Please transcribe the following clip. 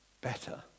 better